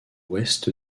ouest